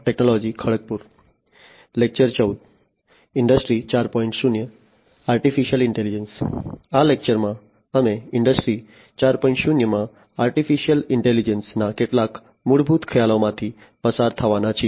0 માં artificial intelligence નાં કેટલાક મૂળભૂત ખ્યાલોમાંથી પસાર થવાના છીએ